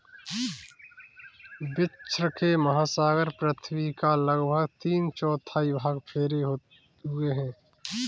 विश्व के महासागर पृथ्वी का लगभग तीन चौथाई भाग घेरे हुए हैं